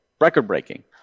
Record-breaking